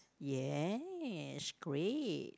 yes great